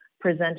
present